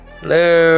Hello